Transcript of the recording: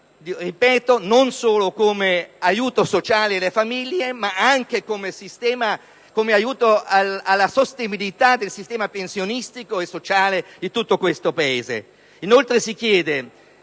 misura, non solo come aiuto sociale alle famiglie ma anche come aiuto alla sostenibilità del sistema pensionistico e sociale di questo Paese.